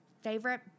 Favorite